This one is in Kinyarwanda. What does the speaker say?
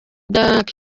dark